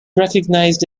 recognised